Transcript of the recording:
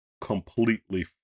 completely